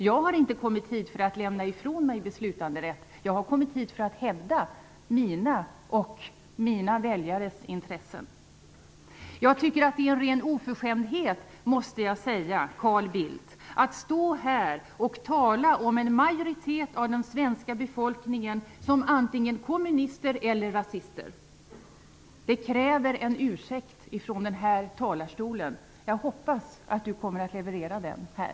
Jag har inte kommit hit för att lämna ifrån mig beslutanderätt. Jag har kommit hit för att hävda mina och mina väljares intressen. Jag tycker att det är en ren oförskämdhet när Carl Bildt står här och talar om en majoritet av den svenska befolkningen som antingen kommunister eller rasister. Det kräver en ursäkt från talarstolen, och jag hoppas att Carl Bildt kommer att leverera den här.